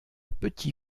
petit